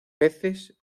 peces